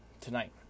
tonight